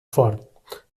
fort